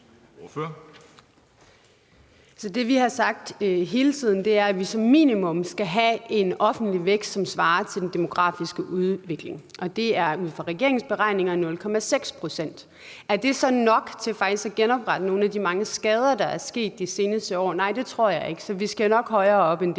tiden har sagt, er, at vi som minimum skal have en offentlig vækst, som svarer til den demografiske udvikling, og det er ud fra regeringens beregninger 0,6 pct. Er det så nok til faktisk at genoprette nogle af de mange skader, der er sket de seneste år? Nej, det tror jeg ikke, så vi skal nok højere op, hvis